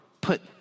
put